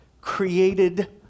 created